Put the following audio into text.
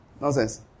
Nonsense